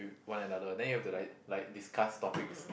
one and another then you have to like like discuss topics